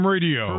Radio